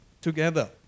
together